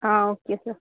ആ okay sir